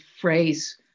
phrase